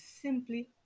simply